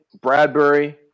Bradbury